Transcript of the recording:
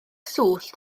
swllt